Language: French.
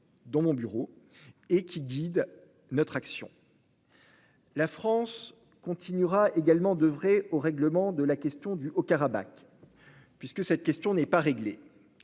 dans mon bureau -et qui guide notre action. La France continuera également d'oeuvrer au règlement de la question du Haut-Karabakh, qui demeure en suspens.